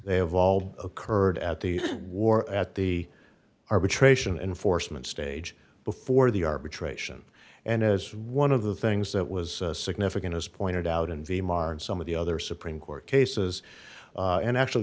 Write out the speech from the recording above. they have all occurred at the war at the arbitration enforcement stage before the arbitration and as one of the things that was significant as pointed out in the modern some of the other supreme court cases and actually